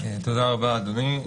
תודה רבה, אדוני.